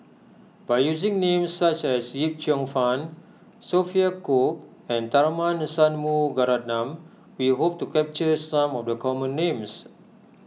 by using names such as Yip Cheong Fun Sophia Cooke and Tharman Shanmugaratnam we hope to capture some of the common names